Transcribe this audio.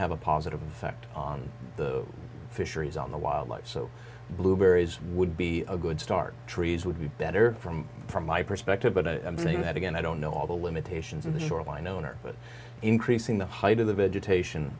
have a positive effect on the fisheries on the wildlife so blueberries would be a good start trees would be better from my perspective but i think that again i don't know all the limitations of the shoreline owner but increasing the height of the vegetation